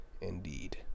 Indeed